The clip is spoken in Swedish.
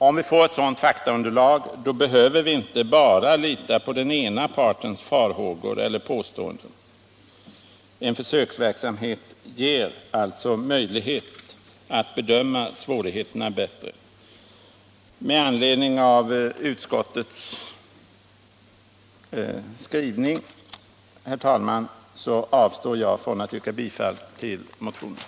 Om vi får ett sådant faktaunderlag, behöver vi inte bara ha den ena partens farhågor eller påståenden att lita till. En försöksverksamhet ger alltså möjlighet att bedöma svårigheterna bättre. Med anledning av utskottets skrivning, herr talman, avstår jag från att yrka bifall till motionen.